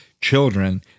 children